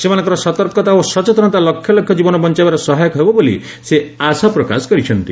ସେମାନଙ୍କର ସତର୍କତା ଓ ସଚେତନତା ଲକ୍ଷ ଲକ୍ଷ ଜୀବନ ବଞାଇବାରେ ସହାୟକ ହେବ ବୋଲି ସେ ଆଶା ପ୍ରକାଶ କରିଛନ୍ତି